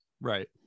right